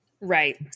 Right